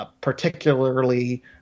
Particularly